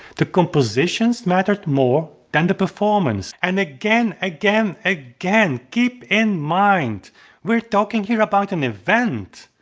the compositions mattered more than the performance. and again, again, again, keep in mind we're talking here about an event,